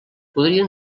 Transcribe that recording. podrien